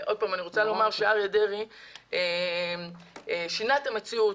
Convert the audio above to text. אריה דרעי שינה את המציאות.